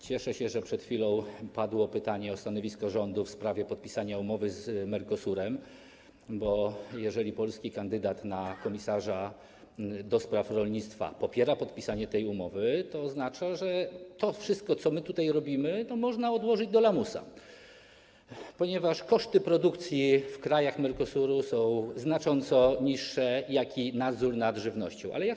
Cieszę się, że przed chwilą padło pytanie o stanowisko rządu w sprawie podpisania umowy z Mercosurem, bo jeżeli polski kandydat na komisarza do spraw rolnictwa popiera podpisanie tej umowy, to oznacza, że to wszystko, co tutaj robimy, można odłożyć do lamusa, ponieważ koszty produkcji w krajach Mercosur, jak również nadzoru nad żywnością są znacząco niższe.